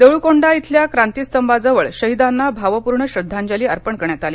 देऊळकोंडा येथील क्रांतीस्तंभाजवळ शहिदांना भावपूर्ण श्रध्दांजली अर्पण करण्यात आली